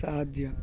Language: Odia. ସାହାଯ୍ୟ